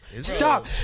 Stop